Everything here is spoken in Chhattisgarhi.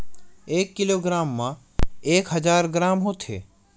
एक किलोग्राम मा एक हजार ग्राम होथे